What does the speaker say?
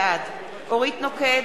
בעד אורית נוקד,